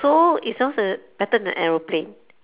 so it sounds like better than a aeroplane